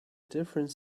different